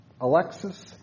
Alexis